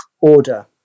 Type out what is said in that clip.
Order